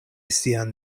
sian